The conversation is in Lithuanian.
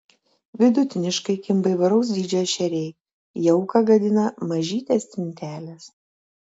vidutiniškai kimba įvairaus dydžio ešeriai jauką gadina mažytės stintelės